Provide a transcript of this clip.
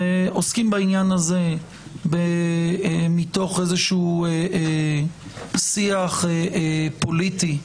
ועוסקים בעניין הזה מתוך שיח פוליטי,